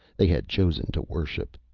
they had chosen to worship.